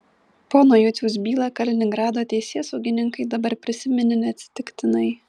pono juciaus bylą kaliningrado teisėsaugininkai dabar prisiminė neatsitiktinai